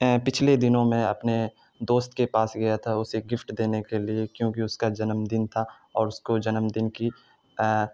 پچھلے دنوں میں اپنے دوست کے پاس گیا تھا اسے گفٹ دینے کے لیے کیونکہ اس کا جنم دن تھا اور اس کو جنم دن کی